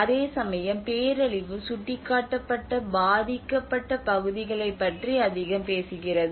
அதேசமயம் பேரழிவு சுட்டிக்காட்டப்பட்ட பாதிக்கப்பட்ட பகுதிகளை பற்றி அதிகம் பேசுகிறது